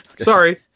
sorry